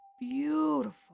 beautiful